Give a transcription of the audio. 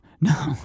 no